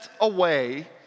away